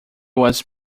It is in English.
was